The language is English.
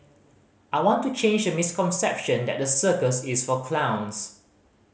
I want to change the misconception that the circus is for clowns